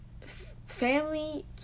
family